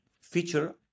feature